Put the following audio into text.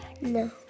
No